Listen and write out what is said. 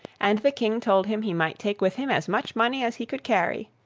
and the king told him he might take with him as much money as he could carry.